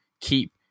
keep